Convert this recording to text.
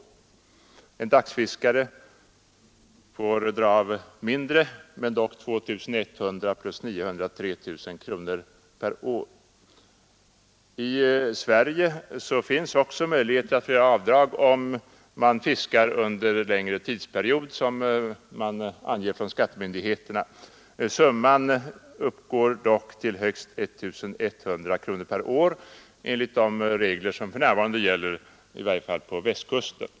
En dagsfiskare får dra av mindre, dock 2 100 plus 900 kronor eller tillsammans 3 000 kronor per år. I Sverige finns också möjlighet att göra avdrag, om man fiskar under ”längre tidsperiod”, såsom det anges av skattemyndigheterna. Summan uppgår dock till högst 1 100 kronor per år enligt de regler som för närvarande gäller på Västkusten.